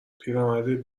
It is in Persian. پیرمرد